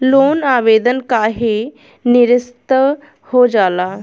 Loan आवेदन काहे नीरस्त हो जाला?